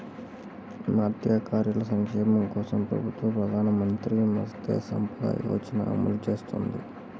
మత్స్యకారుల సంక్షేమం కోసం ప్రభుత్వం ప్రధాన మంత్రి మత్స్య సంపద యోజనని అమలు చేస్తోంది